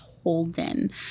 Holden